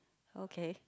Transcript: okay